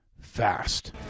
fast